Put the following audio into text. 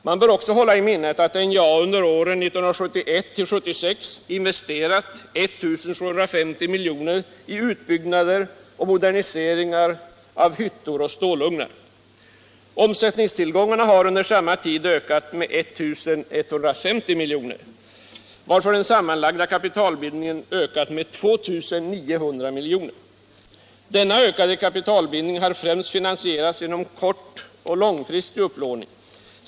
Man bör också hålla i minnet att NJA under åren 1971-1976 investerat 1 750 milj.kr. i utbyggnader och moderniseringar av hyttor och stålugnar. Omsättningstillgångarna har under samma tid ökat med 1 150 milj.kr. varför den sammanlagda kapitalbindningen ökat med 2 900 milj.kr. Denna ökade kapitalbindning har främst finansierats genom kort och långfristig upplåning.